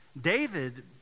David